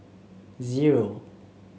zero